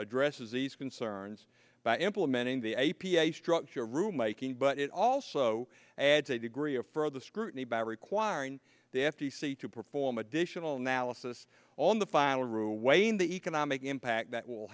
addresses these concerns by implementing the a p a structure room making but it also adds a degree of for the scrutiny by requiring the f t c to perform additional analysis on the final rule weighing the economic impact that will